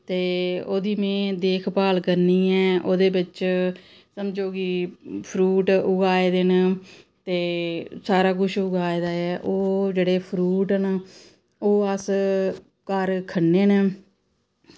ते ओह्दी में देखभाल करनी ऐ ओह्दे बिच्च समझो कि फ्रूट उगाए दे न ते सारा कुछ उगाए दा ऐ ओह् जेह्ड़े फ्रूट न ओह् अस घर खन्ने न